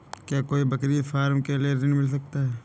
क्या कोई बकरी फार्म के लिए ऋण मिल सकता है?